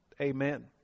Amen